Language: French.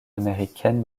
américaines